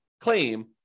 claim